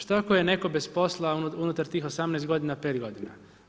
Što ako je netko bez posla unutar tih 18. godina, pet godina?